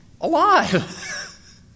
alive